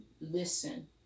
listen